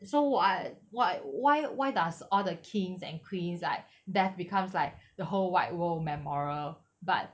so what why why why does all the kings and queens like death becomes like the whole wide world memorial but